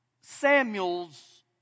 Samuels